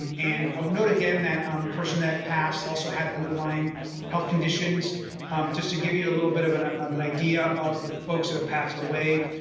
um and ah note again that um the person that passed also had underlying health conditions just to give you a little bit of an um an idea of the folks that have passed away.